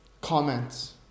comments